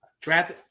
draft